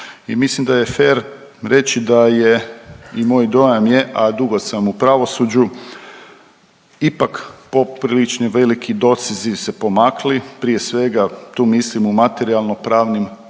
mislim da je fer reći da je i moj dojam je, a dugo sam u pravosuđu ipak poprilično veliki dosezi se pomakli, prije svega mislim tu mislim u materijalno pravim